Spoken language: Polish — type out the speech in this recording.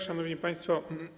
Szanowni Państwo!